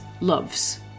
loves